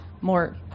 more